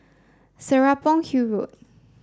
Serapong Hill Road